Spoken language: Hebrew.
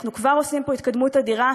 אנחנו כבר עושים פה התקדמות אדירה,